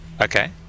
Okay